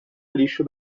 lixo